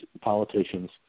politicians